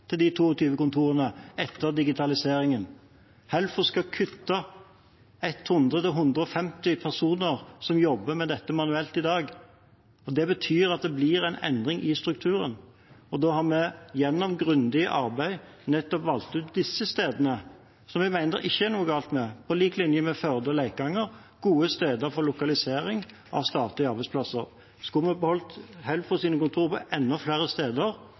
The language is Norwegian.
til de 22 kontorene etter digitaliseringen. Helfo skal kutte ned med 100–150 personer som jobber med dette manuelt i dag. Det betyr at det blir en endring i strukturen. Vi har gjennom grundig arbeid valgt ut nettopp disse stedene, som vi mener det ikke er noe galt med – på lik linje med Førde og Leikanger, gode steder for lokalisering av statlige arbeidsplasser. Skulle vi beholdt Helfos kontorer på enda flere steder,